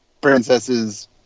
princesses